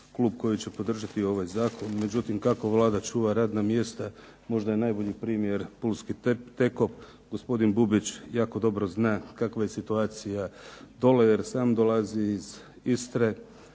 klub koji će podržati ovaj zakon, međutim kako Vlada čuva radna mjesta možda je najbolji primjer pulski "TEKOP". Gospodin Bubić jako dobro zna kakva je situacija dole jer sam dolazi iz Istre.